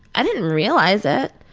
i didn't realize it.